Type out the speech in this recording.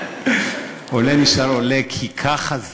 עולה נשאר עולה, כי ככה זה.